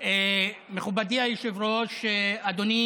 ווליד שאל מאיפה קניתי.